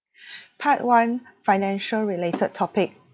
part one financial related topic